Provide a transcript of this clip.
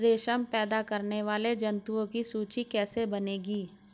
रेशम पैदा करने वाले जंतुओं की सूची कैसे बनेगी?